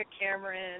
Cameron